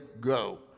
go